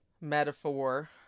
metaphor